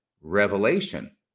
revelation